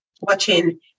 watching